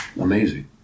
amazing